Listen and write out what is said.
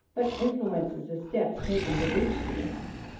but influences the steps taken to reach the end.